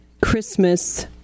Christmas